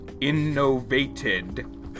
Innovated